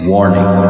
Warning